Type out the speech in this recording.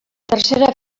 tercera